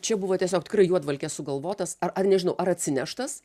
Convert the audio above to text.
čia buvo tiesiog tikrai juodvalkės sugalvotas ar ar nežinau ar atsineštas